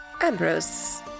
Ambrose